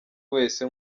wese